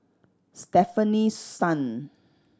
Stefanie Sun